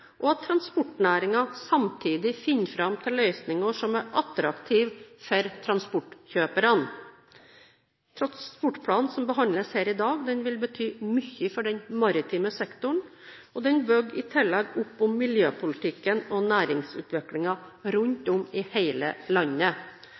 og at transportnæringen samtidig finner fram til løsninger som er attraktive for transportkjøperne. Transportplanen som behandles her i dag, vil bety mye for den maritime sektoren, og den bygger i tillegg opp om miljøpolitikken og næringsutviklingen rundt